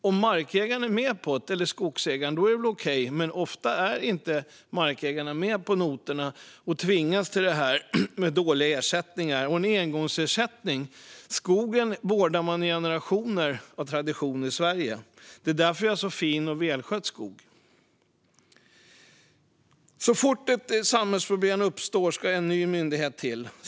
Om skogsägaren är med på det är det väl okej, men ofta är inte markägarna med på noterna och tvingas till det här mot dåliga ersättningar - och i form av en engångsersättning. Skogen vårdar man av tradition av generationer i Sverige; det är därför vi har så fin och välskött skog. Så fort ett samhällsproblem uppstår ska en ny myndighet till.